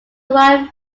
wide